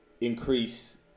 increase